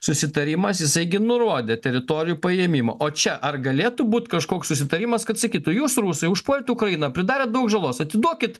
susitarimas jisai gi nurodė teritorijų paėmimo o čia ar galėtų būti kažkoks susitarimas kad sakytų jūs rusai užpuolėt ukrainą pridarė daug žalos atiduokit